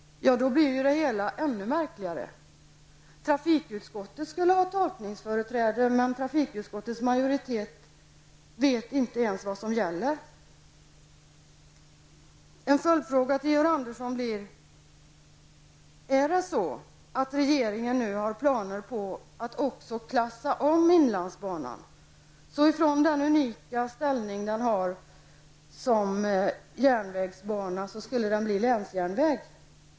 Då blir det hela ännu märkligare. Trafikutskottet skulle ha tolkningsföreträde, men trafikutskottets majoritet vet inte ens vad som gäller. En följdfråga till Georg Andersson blir: Är det så att regeringen nu har planer på att också klassa om inlandsbanan så att den från att ha haft denna unika ställning som järnvägsbana skulle bli länsjärnväg?